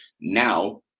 Now